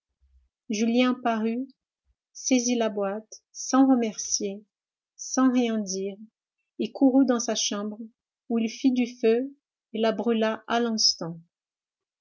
julien parut saisit la boîte sans remercier sans rien dire et courut dans sa chambre où il fit du feu et la brûla à l'instant